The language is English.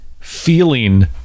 feeling